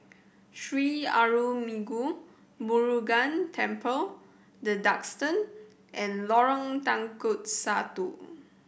Sri Arulmigu Murugan Temple The Duxton and Lorong Satu